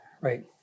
right